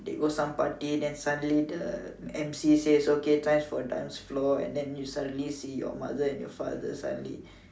they go some party then suddenly the emcee says okay time for dance floor and then you suddenly see your mother and your father suddenly